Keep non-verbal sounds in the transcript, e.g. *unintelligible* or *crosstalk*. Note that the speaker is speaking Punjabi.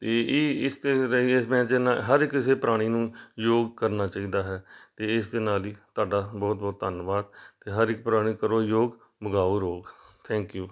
ਅਤੇ ਇਹ ਇਸ 'ਤੇ *unintelligible* ਹਰ ਕਿਸੇ ਪ੍ਰਾਣੀ ਨੂੰ ਯੋਗ ਕਰਨਾ ਚਾਹੀਦਾ ਹੈ ਅਤੇ ਇਸ ਦੇ ਨਾਲ ਹੀ ਤੁਹਾਡਾ ਬਹੁਤ ਬਹੁਤ ਧੰਨਵਾਦ ਅਤੇ ਹਰ ਇੱਕ ਪ੍ਰਾਣੀ ਕਰੋ ਯੋਗ ਭਗਾਓ ਰੋਗ ਥੈਂਕ ਯੂ